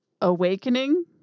Awakening